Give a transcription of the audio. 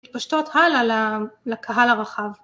מתפשטות הלאה לקהל הרחב.